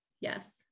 yes